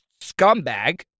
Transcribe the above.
scumbag